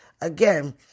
Again